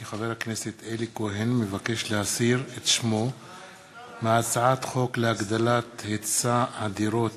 כי חבר הכנסת אלי כהן מבקש להסיר את שמו מהצעת חוק להגדלת היצע הדירות